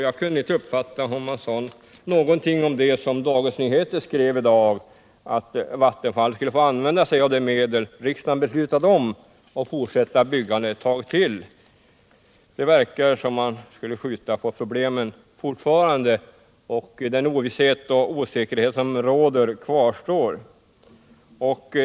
Jag kunde inte uppfatta att han sade något om det som Dagens Nyheter skrev i dag, att Vattenfall skulle få använda sig av de medel riksdagen beslutat om och fortsätta byggandet ett tag till. Det verkar som man skulle skjuta på problemen fortfarande, och den ovisshet och osäkerhet som har rått kvarstår.